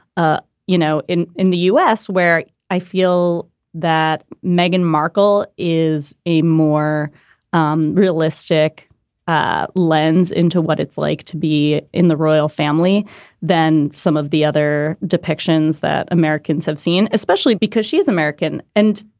ah you know, in in the u s. where i feel that meghan markle is a more um realistic ah lens into what it's like to be in the royal family than some of the other depictions that americans have seen, especially because she's american. and,